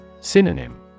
Synonym